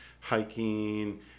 hiking